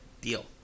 deal